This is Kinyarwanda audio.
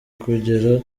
kugera